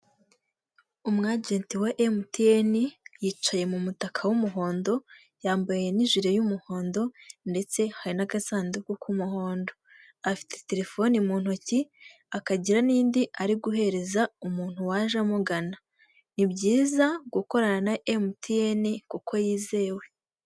umu aje wa emutiyeni yicaye mu mutaka w'umuhondo, yambaye n'ijire y'umuhondo, ndetse hari n'agasanduku k'umuhondo. Afite telefoni mu ntoki akagira n'indi ari guhereza umuntu waje amugana. Ni byiza gukorana na emutiyeni kuko yizewe.